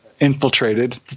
infiltrated